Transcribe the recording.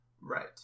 right